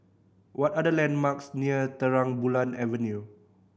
what are the landmarks near Terang Bulan Avenue